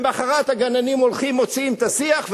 למחרת הגננים הולכים ומוציאים את השיח,